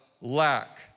lack